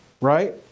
Right